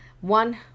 One